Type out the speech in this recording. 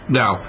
now